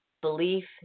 belief